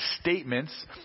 statements